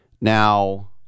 Now